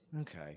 Okay